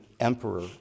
emperor